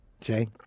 jay